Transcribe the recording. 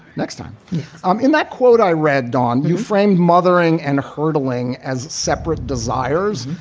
next time i'm in that quote i read, don, you framed mothering and hurdling as separate desires.